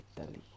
Italy